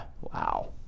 Wow